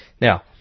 Now